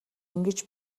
ингэж